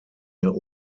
der